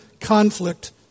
conflict